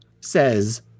says